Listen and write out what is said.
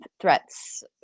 threats